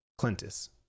Clintus